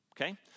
Okay